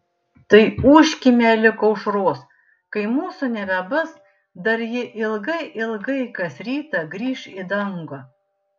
tai ūžkime lig aušros kai mūsų nebebus dar ji ilgai ilgai kas rytą grįš į dangų